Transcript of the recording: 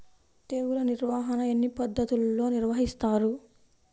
తెగులు నిర్వాహణ ఎన్ని పద్ధతుల్లో నిర్వహిస్తారు?